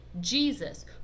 Jesus